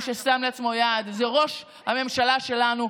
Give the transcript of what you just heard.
מי ששם לעצמו יעד זה ראש הממשלה שלנו,